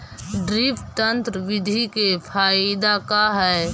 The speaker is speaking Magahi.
ड्रिप तन्त्र बिधि के फायदा का है?